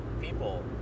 people